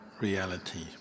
reality